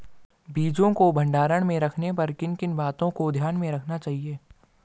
बीजों को भंडारण में रखने पर किन किन बातों को ध्यान में रखना चाहिए?